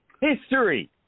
history